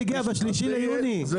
ב-3 ביוני יצא המכתב הזה.